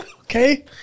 Okay